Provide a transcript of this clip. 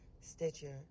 Stitcher